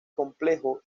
complejo